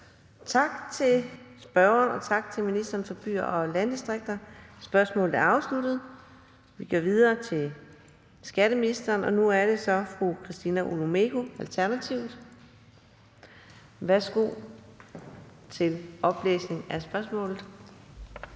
Tak til spørgeren, og tak til ministeren for byer og landdistrikter. Spørgsmålet er afsluttet. Vi går videre til skatteministeren, og nu er det så fru Christina Olumeko, Alternativet. Kl. 16:49 Spm.